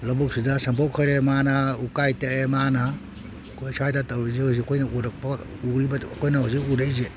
ꯂꯕꯨꯛꯁꯤꯗ ꯁꯟꯄꯣꯠ ꯈꯣꯏꯔꯦ ꯃꯥꯅ ꯎꯀꯥꯏ ꯇꯛꯑꯦ ꯃꯥꯅ ꯑꯩꯈꯣꯏ ꯁ꯭ꯋꯥꯏꯗ ꯇꯧꯔꯤꯁꯤ ꯍꯧꯖꯤꯛ ꯑꯩꯈꯣꯏꯅ ꯎꯔꯛꯄ ꯎꯔꯤꯕꯗꯨ ꯑꯩꯈꯣꯏ ꯍꯧꯖꯤꯛ ꯎꯔꯛꯏꯁꯦ